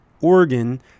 organ